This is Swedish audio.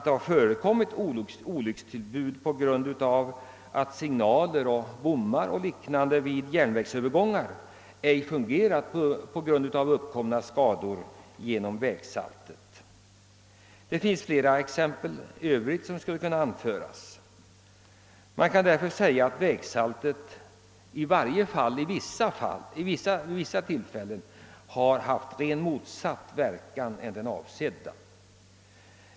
Där har förekommit olyckstillbud på grund av att signaler, bommar och liknande vid järnvägsövergångar inte har fungerat på grund av de skador som vägsaltet åstadkommit. Det iinns flera exempel som skulle kunna anföras. Man kan därför säga att vägsaltet vid vissa tillfällen har haft rent motsatt verkan än den avsedda.